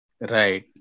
Right